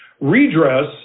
Redress